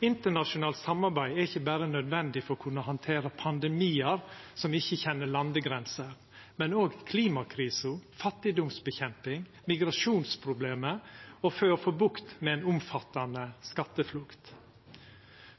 Internasjonalt samarbeid er ikkje berre nødvendig for å kunna handtera pandemiar som ikkje kjenner landegrenser, men òg klimakrisa, kampen mot fattigdom og migrasjonsproblemet, og for å få bukt med ei omfattande skatteflukt.